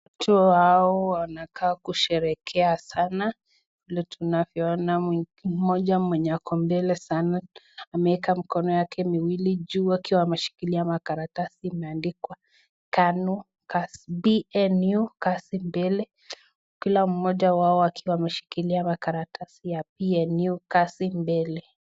Watu hao wanakaa kusherehekea sana vile tunavyoona. Mmoja mwenye ako mbele sana ameeka mikono yake miwili juu akiwa ameshikilia makaratasi imeandikwa PNU kazi mbele, kila mmoja wao akiwa ameshikilia makaratasi ya PNU kazi mbele.